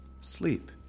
Sleep